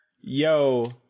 yo